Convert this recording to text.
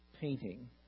painting